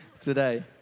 today